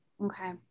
okay